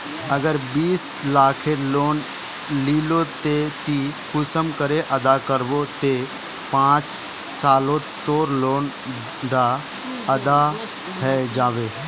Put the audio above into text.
अगर बीस लाखेर लोन लिलो ते ती कुंसम करे अदा करबो ते पाँच सालोत तोर लोन डा अदा है जाबे?